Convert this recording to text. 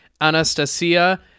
Anastasia